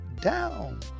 down